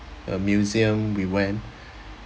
a museum we went